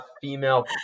female